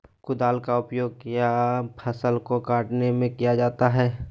कुदाल का उपयोग किया फसल को कटने में किया जाता हैं?